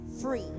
free